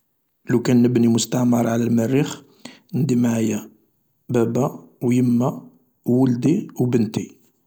لوكان نبني مستعمرة على المريخ ندي معايا بابا و يما و ولدي وبنتي